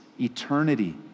eternity